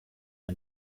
and